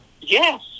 Yes